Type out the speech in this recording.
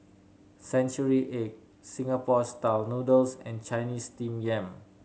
century egg Singapore Style Noodles and Chinese Steamed Yam